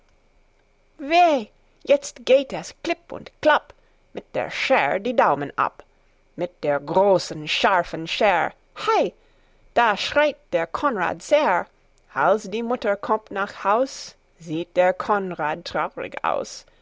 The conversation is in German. jetzt geht es klipp und klapp mit der scher die daumen ab mit der großen scharfen scher hei da schreit der konrad sehr als die mutter kommt nach haus sieht der konrad traurig aus